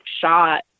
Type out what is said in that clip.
shot